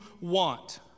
want